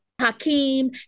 Hakeem